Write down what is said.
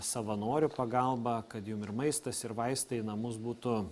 savanorių pagalba kad jum ir maistas ir vaistai į namus būtų